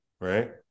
right